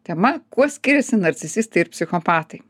tema kuo skiriasi narcisistai ir psichopatai